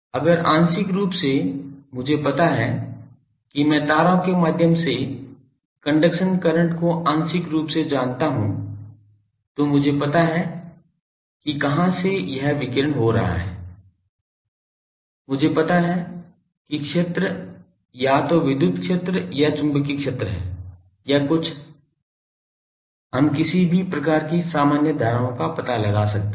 अगर आंशिक रूप से मुझे पता है कि मैं तारों के माध्यम से कंडक्शन करंट को आंशिक रूप से जानता हूं तो मुझे पता है कि कहाँ से यह विकीर्ण हो रहा है मुझे पता है कि क्षेत्र या तो विद्युत क्षेत्र या चुंबकीय क्षेत्र है या कुछ हम किसी प्रकार की सामान्य धाराओं का पता लगा सकते हैं